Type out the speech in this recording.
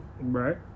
right